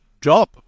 job